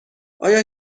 آیا